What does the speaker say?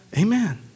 Amen